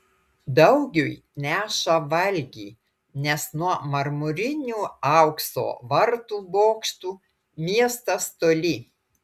daugiui neša valgį nes nuo marmurinių aukso vartų bokštų miestas toli